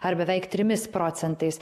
ar beveik trimis procentais